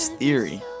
theory